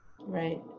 Right